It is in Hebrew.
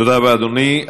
תודה רבה, אדוני.